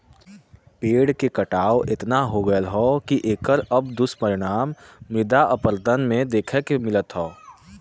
पेड़ के कटाव एतना हो गयल हौ की एकर अब दुष्परिणाम मृदा अपरदन में देखे के मिलत हौ